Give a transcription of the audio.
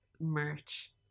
merch